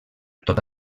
tota